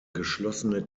geschlossene